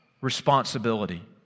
responsibility